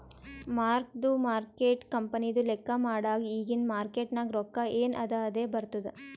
mark to market ಕಂಪನಿದು ಲೆಕ್ಕಾ ಮಾಡಾಗ್ ಇಗಿಂದ್ ಮಾರ್ಕೇಟ್ ನಾಗ್ ರೊಕ್ಕಾ ಎನ್ ಅದಾ ಅದೇ ಬರ್ತುದ್